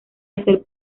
hacer